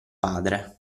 padre